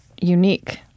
unique